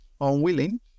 unwilling